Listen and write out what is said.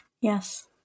yes